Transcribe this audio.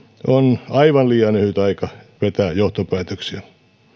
on aivan liian lyhyt aika vetää johtopäätöksiä